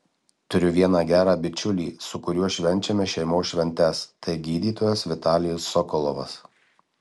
turiu vieną gerą bičiulį su kuriuo švenčiame šeimos šventes tai gydytojas vitalijus sokolovas